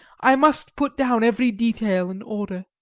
i must put down every detail in order.